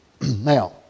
Now